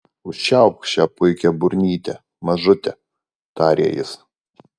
užčiaupk šią puikią burnytę mažute tarė jis